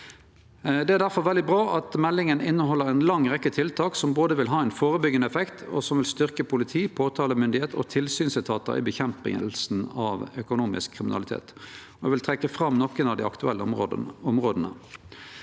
Det er difor veldig bra at meldinga inneheld ei lang rekkje tiltak som både vil ha ein førebyggjande effekt og styrkje politi, påtalemyndigheit og tilsynsetatar i kampen mot økonomisk kriminalitet. Eg vil trekkje fram nokre av dei aktuelle områda.